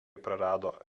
prarado